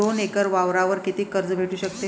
दोन एकर वावरावर कितीक कर्ज भेटू शकते?